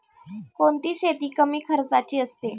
कोणती शेती कमी खर्चाची असते?